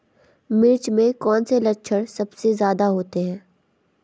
मिर्च में कौन से लक्षण सबसे ज्यादा होते हैं?